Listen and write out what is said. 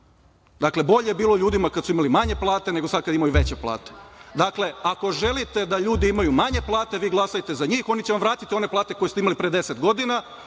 Dakle, bolje je bilo ljudima kada su imali manje plate, nego sada kada imaju veće plate. Dakle, ako želite da ljudi imaju manje plate, vi glasajte za njih, oni će vam vratiti one plate koje ste imali pre deset godina,